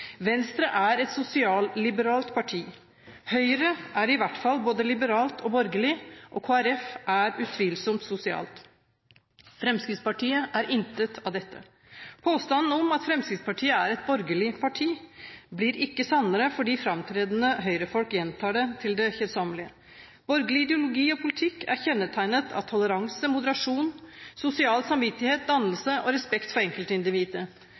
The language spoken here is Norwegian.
er et sosialliberalt parti. Høyre er i hvert fall både liberalt og borgerlig, og KrF er utvilsomt sosialt. Fremskrittspartiet er intet av dette. Påstanden om at Frp er et borgerlig parti blir ikke sannere fordi om framtredende høyrefolk gjentar den til det kjedsommelige. Borgerlig ideologi og politikk er kjennetegnet av toleranse, moderasjon, sosia1 samvittighet, dannelse og respekt for enkeltindividet.